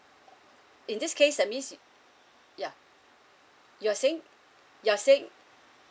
in this case that means yeah you're saying you're saying